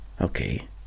okay